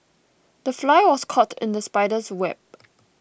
the fly was caught in the spider's web